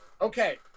Okay